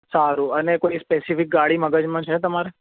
સારું અને કોઈ સ્પેસિફિક ગાડી મગજમાં છે તમારે